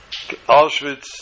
Auschwitz